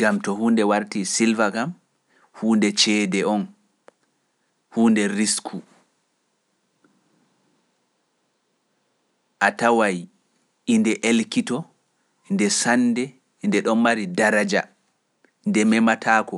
Gam to huunde wartii silva kam huunde ceede on huunde risku. Ataway inde elkito nde sannde nde ɗon mari daraja nde memataako.